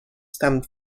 stemmed